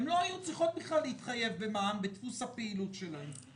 הן לא היו צריכות בכלל להתחייב במע"מ בדפוס הפעילות שלהן,